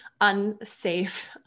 unsafe